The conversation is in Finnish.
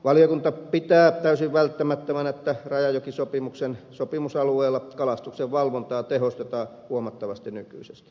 valiokunta pitää täysin välttämättömänä että rajajokisopimuksen sopimusalueella kalastuksen valvontaa tehostetaan huomattavasti nykyisestä